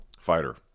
fighter